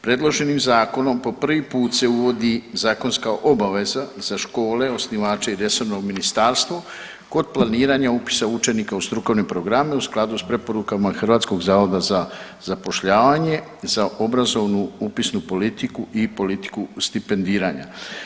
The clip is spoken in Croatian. Predloženim zakonom po prvi put se uvodi zakonska obaveza za škole osnivače i resorno ministarstvo kod planiranja upisa učenika u strukovne programe u skladu s preporukama HZZ za obrazovnu upisnu politiku i politiku stipendiranja.